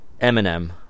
Eminem